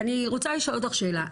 אני רוצה לשאול אותך שאלה,